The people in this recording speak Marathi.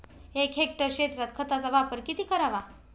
एक हेक्टर क्षेत्रात खताचा वापर किती करावा?